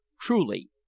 Truly